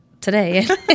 today